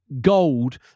gold